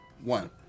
one